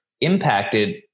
impacted